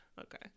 Okay